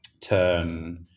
turn